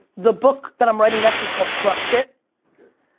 the book that i'm writing next is called crushed it.